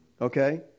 Okay